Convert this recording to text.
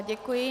Děkuji.